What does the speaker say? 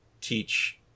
teach